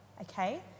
okay